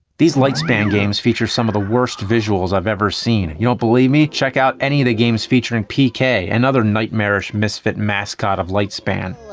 these lightspan games feature some of the worst visuals i've ever seen. you don't believe me? check out any of the games featuring pk, another nightmarish misfit mascot of lightspan.